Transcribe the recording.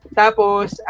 tapos